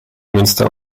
münster